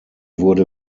wurde